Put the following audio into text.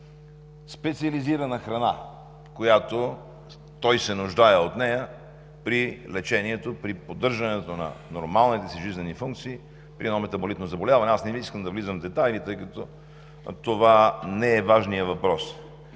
специализирана храна, от която той се нуждае при лечението, при поддържането на нормалните си жизнени функции при едно метаболитно заболяване. Аз не искам да влизам в детайли, тъй като това не е важният въпрос.